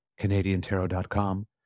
canadiantarot.com